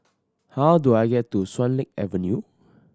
how do I get to Swan Lake Avenue